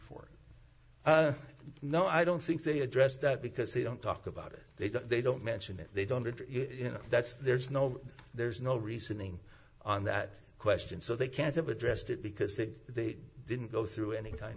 for no i don't think they address that because they don't talk about it they don't they don't mention it they don't you know that's there's no there's no reasoning on that question so they can't have addressed it because they didn't go through any kind